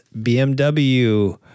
BMW